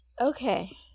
Okay